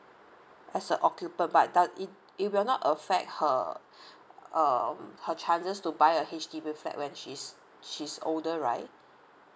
as a occupant but does it it will not affect her um her chances to buy a H_D_B flat when she's she's older right